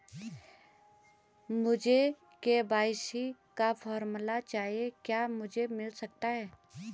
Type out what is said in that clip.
मुझे के.वाई.सी का फॉर्म चाहिए क्या मुझे मिल सकता है?